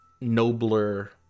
nobler